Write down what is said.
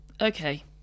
Okay